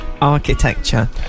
architecture